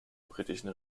britischen